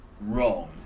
wrong